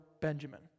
Benjamin